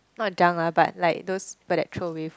not junk lah but like those people that throw away food